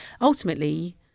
Ultimately